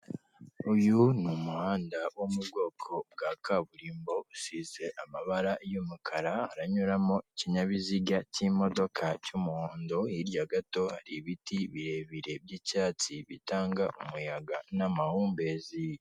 Uyu ni umuhanda wo mu bwoko bwa kaburimbo, usize amabara y'umukara, haranyuramo ikinyabiziga cy'imodoka cy'umuhondo, hirya gato hari ibiti birebire by'icyatsi bitanga umuyaga n'amahumbezi.